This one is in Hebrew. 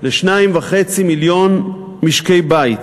ל-2.5 מיליון משקי בית.